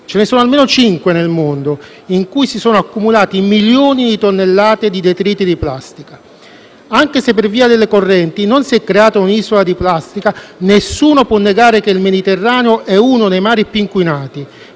ce ne sono almeno cinque nel mondo in cui si sono accumulati milioni di tonnellate di detriti e plastica. Anche se per via delle correnti non si è creata un'isola di plastica, nessuno può negare che il Mediterraneo è uno dei mari più inquinati.